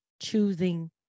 choosing